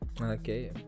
okay